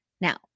Now